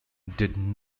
did